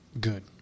good